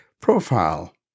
Profile